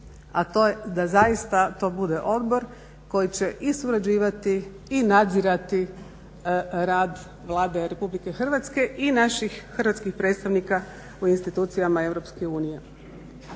a to je da zaista to bude odbor koji će i surađivati i nadzirati rad Vlade Republike Hrvatske i naših hrvatskih predstavnika u institucijama